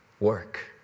Work